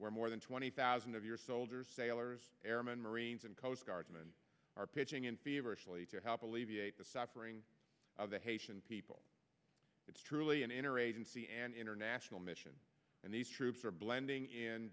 where more than twenty thousand of your soldiers sailors airmen marines and coast guardsmen are pitching in feverish really to help alleviate the suffering of the haitian people it's truly an interagency and international mission and these troops are blending